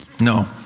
no